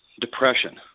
depression